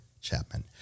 Chapman